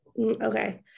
okay